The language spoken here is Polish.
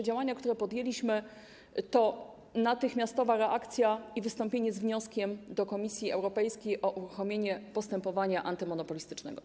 Działania, które podjęliśmy, to natychmiastowa reakcja i wystąpienie z wnioskiem do Komisji Europejskiej o uruchomienie postępowania antymonopolistycznego.